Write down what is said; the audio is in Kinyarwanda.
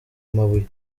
amabuye